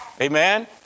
Amen